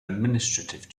administrative